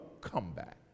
comeback